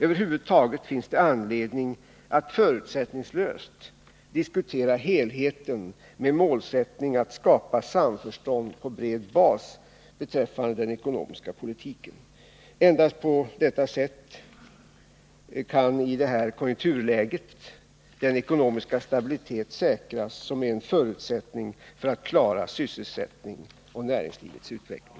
Över huvud taget finns det anledning att förutsättningslöst diskutera helheten med målsättning att skapa samförstånd på bred bas beträffande den ekonomiska politiken. Endast på detta sätt kan i detta konjunkturläge den ekonomiska stabilitet säkras som är en förutsättning för att klara sysselsättning och näringslivets utveckling.